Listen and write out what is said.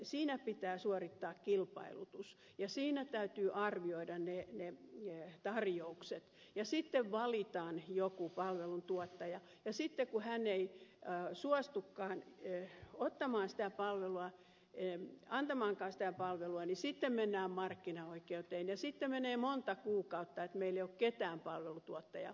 siinä pitää suorittaa kilpailutus ja siinä täytyy arvioida ne tarjoukset ja sitten valitaan joku palveluntuottaja ja sitten kun hän ei suostukaan antamaan sitä palvelua niin sitten mennään markkinaoikeuteen ja sitten menee monta kuukautta että meillä ei ole ketään palveluntuottajaa